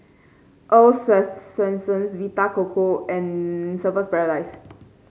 Earl's Swensens Vita Coco and Surfer's Paradise